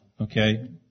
Okay